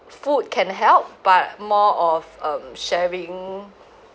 food can help but more of um sharing